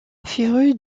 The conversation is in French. férue